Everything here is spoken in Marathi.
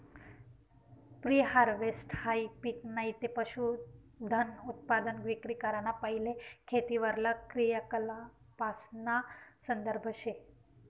प्री हारवेस्टहाई पिक नैते पशुधनउत्पादन विक्री कराना पैले खेतीवरला क्रियाकलापासना संदर्भ शे